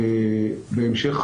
בהמשך,